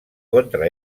contra